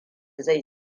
zai